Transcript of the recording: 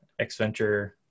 xVenture